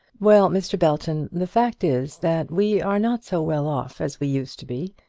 well, mr. belton, the fact is, that we are not so well off as we used to be,